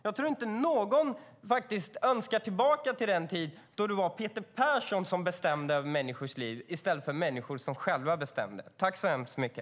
Jag tror inte att någon önskar sig tillbaka till den tid då Peter Persson bestämde över människors liv i stället för människor som själva bestämde.